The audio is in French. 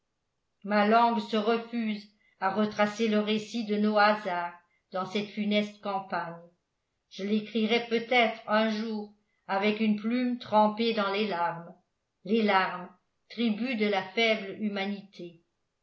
ma langue se refuse à retracer le récit de nos hasards dans cette funeste campagne je l'écrirai peut-être un jour avec une plume trempée dans les larmes les larmes tribut de la faible humanité